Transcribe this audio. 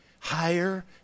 higher